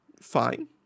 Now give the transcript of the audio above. fine